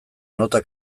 nota